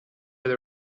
they